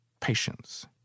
patience